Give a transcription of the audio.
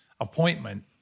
appointment